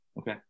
Okay